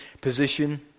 position